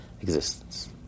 Existence